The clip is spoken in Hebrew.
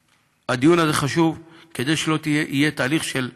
הדיון הזה חשוב כדי שלא יהיה תהליך של זליגה,